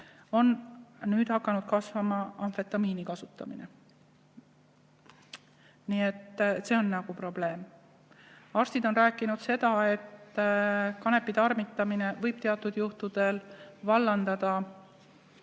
on nüüd hakanud kasvama amfetamiini kasutamine. Nii et see on nagu probleem. Arstid on rääkinud, et kanepi tarvitamine võib teatud juhtudel vallandada